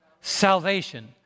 Salvation